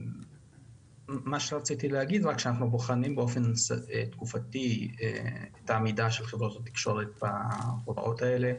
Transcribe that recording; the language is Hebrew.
אנחנו בוחנים באופן תקופתי את העמידה של חברות התקשורת בהוראות האלה,